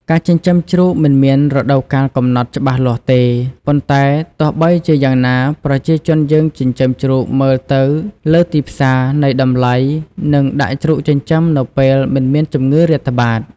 ការចិញ្ចឹមជ្រូកមិនមានរដូវកាលកំណត់ច្បាស់លាស់ទេ ប៉ុន្តែទោះបីជាយ៉ាងណាប្រជាជនយើងចិញ្ចឹមជ្រូកមើលទៅលើទីផ្សារនៃតម្លៃ និងដាក់ជ្រូកចិញ្ចឹមនៅពេលមិនមានជំងឺរាតត្បាត។